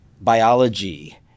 biology